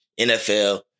NFL